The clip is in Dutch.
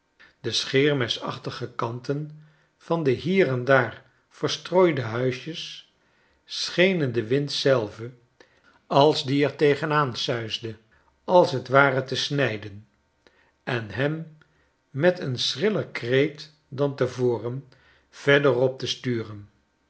de scheermesachtige kanten van de hier en daar verstrooide huisjes schenen den wind zelven als die er tegen aan suisde als t ware te snijden en hemmeteenschrillerkreet dan te voren verderop te sturen